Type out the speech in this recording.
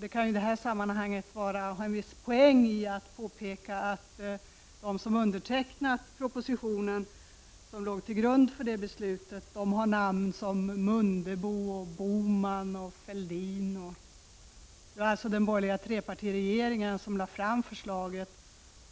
Det kan i detta sammanhang vara en viss poäng i att påpeka att de som undertecknade propositionen som låg till grund för det beslutet har namn som Mundebo, Bohman och Fälldin — det var alltså den borgerliga trepartiregeringen som lade fram förslaget